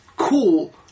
cool